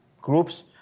groups